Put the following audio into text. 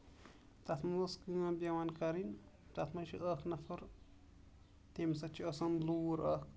تَتھ منٛز اوس کٲم پیوان کَرٕنۍ تَتھ منٛز چھُ اکھ نفر تَمِس اَتھ چھِ آسان لوٗر اکھ